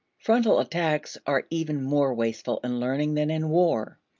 frontal attacks are even more wasteful in learning than in war.